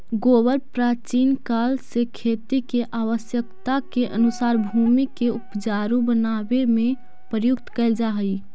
गोबर प्राचीन काल से खेती के आवश्यकता के अनुसार भूमि के ऊपजाऊ बनावे में प्रयुक्त कैल जा हई